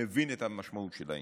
מבין את המשמעות של העניין.